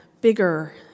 bigger